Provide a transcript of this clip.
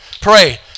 pray